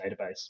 database